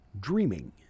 Dreaming